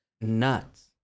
nuts